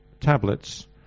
tablets